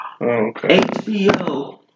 HBO